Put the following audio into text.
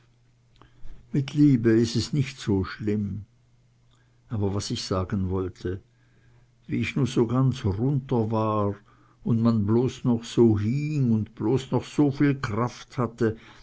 mit liebe is es nich so schlimm aber was ich sagen wollte wie ich nu so ganz runter war und man bloß noch so hing un bloß noch so viel kraft hatte